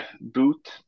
boot